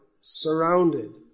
surrounded